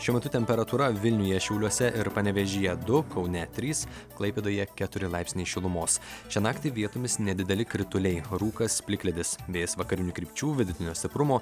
šiuo metu temperatūra vilniuje šiauliuose ir panevėžyje du kaune trys klaipėdoje keturi laipsniai šilumos šią naktį vietomis nedideli krituliai rūkas plikledis vėjas vakarinių krypčių vidutinio stiprumo